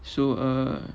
so err